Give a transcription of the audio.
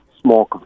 small